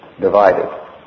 divided